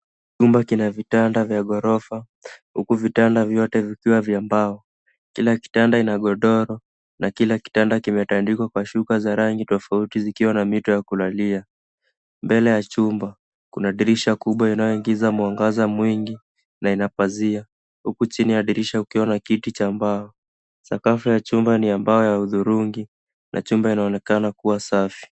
Chumba kina vitanda vya ghorofa huku vitanda vyote vikiwa vya mbao. Kila kitanda ina godoro na kila kitanda kimetandikwa kwa shuka za rangi tofauti zikiwa na mito ya kulalia. Mbele ya chumba kuna dirisha kubwa inayoingiza mwangaza mwingi na ina pazia huku chini ya dirisha ukiwa na kiti cha mbao. Sakafu ya chini ni ya mbao ya hudhurungi na chumba inaonekana kuwa safi.